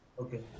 Okay